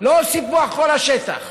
לא על סיפוח כל השטח.